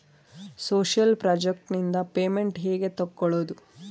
Social project ನಿಂದ payment ಹೆಂಗೆ ತಕ್ಕೊಳ್ಳದು?